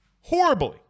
Horribly